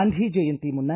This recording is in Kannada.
ಗಾಂಧಿ ಜಯಂತಿ ಮುನ್ನ